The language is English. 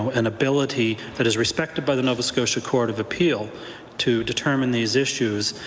an ability that is respected by the nova scotia court of appeal to determine these issues,